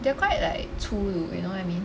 they are quite like 粗鲁 you know what I mean